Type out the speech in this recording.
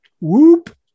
Whoop